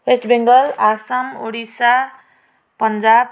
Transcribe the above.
West Bengal Assam Odisha Punjab